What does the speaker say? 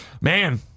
Man